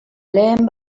lehen